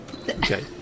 okay